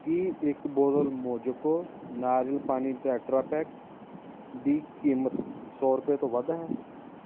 ਕੀ ਇੱਕ ਬੋਤਲ ਮੋਜੋਕੋ ਨਾਰੀਅਲ ਪਾਣੀ ਟੈਟਰਾਪੈਕ ਦੀ ਕੀਮਤ ਸੌ ਰੁਪਏ ਤੋਂ ਵੱਧ ਹੈ